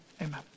Amen